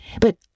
But